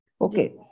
Okay